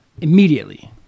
immediately